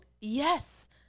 Yes